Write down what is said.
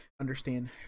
understand